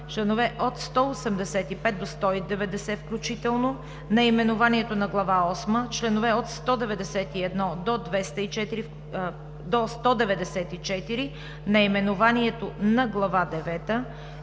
членове от 185 до 190 включително, наименованието на Глава осма, членове от 191 до 194, наименованието на Глава